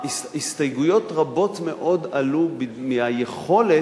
הסתייגויות רבות מאוד עלו מהיכולת